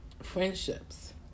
friendships